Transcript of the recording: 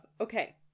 Okay